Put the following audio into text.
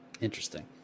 Interesting